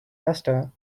pasta